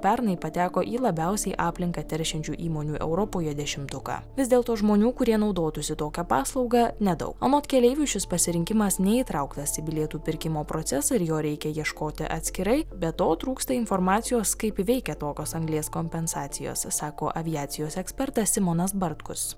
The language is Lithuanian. pernai pateko į labiausiai aplinką teršiančių įmonių europoje dešimtuką vis dėlto žmonių kurie naudotųsi tokią paslaugą nedaug anot keleivių šis pasirinkimas neįtrauktas į bilietų pirkimo procesą ir jo reikia ieškoti atskirai be to trūksta informacijos kaip veikia tokios anglies kompensacijos sako aviacijos ekspertas simonas bartkus